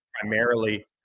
primarily